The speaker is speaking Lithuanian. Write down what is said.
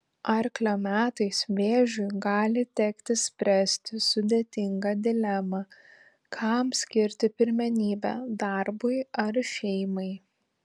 arklio metais vėžiui gali tekti spręsti sudėtingą dilemą kam skirti pirmenybę darbui ar šeimai